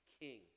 king